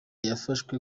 yafashwe